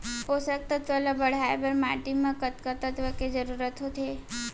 पोसक तत्व ला बढ़ाये बर माटी म कतका तत्व के जरूरत होथे?